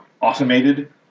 automated